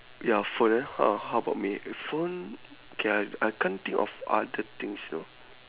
ya phone ah what how about me phone K I I can't think of other things you know